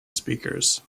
speakers